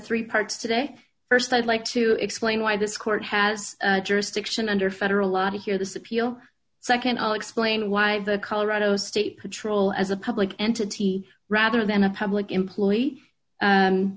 three parts today st i'd like to explain why this court has jurisdiction under federal law to hear this appeal nd i'll explain why the colorado state patrol as a public entity rather than a public employee